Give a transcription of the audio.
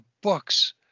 books